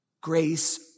Grace